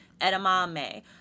edamame